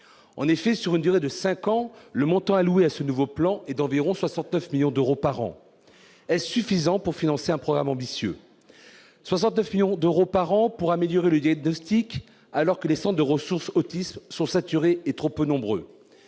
En effet, sur une durée de cinq ans, le montant alloué à ce nouveau plan est d'environ 69 millions d'euros annuels. Est-ce suffisant pour financer un programme ambitieux ? Un montant de 69 millions d'euros par an pour améliorer le diagnostic, alors que les centres de ressources autisme sont saturés et trop peu nombreux ?